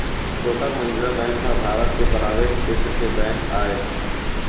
Kotak Mahindra bank ह भारत के private छेत्र के बेंक आय